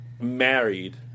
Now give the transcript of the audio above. married